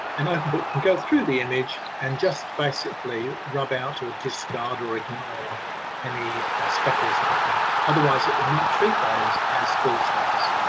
and but can go through the image and just basically rub out, or discard or ignore any speckles like that, otherwise it might treat those as full stops.